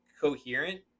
coherent